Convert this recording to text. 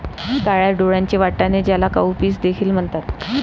काळ्या डोळ्यांचे वाटाणे, ज्याला काउपीस देखील म्हणतात